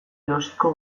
erosiko